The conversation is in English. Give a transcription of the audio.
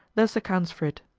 thus accounts for it